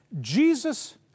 Jesus